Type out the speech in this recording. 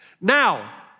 Now